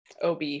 OB